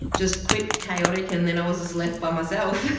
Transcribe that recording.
just quick, chaotic, and then i was just left by myself